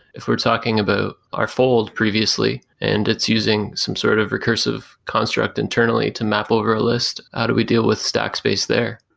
if we're talking about our fold previously and it's using some sort of recursive construct internally to map over a list, how do we deal with stacks-base there?